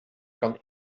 kan